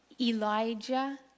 Elijah